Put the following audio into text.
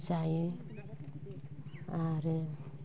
जायो आरो